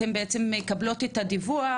אתם בעצם מקבלות את הדיווח,